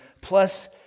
plus